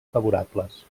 favorables